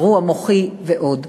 לגרום לאירוע מוחי ועוד.